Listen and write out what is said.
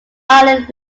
island